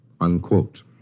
Unquote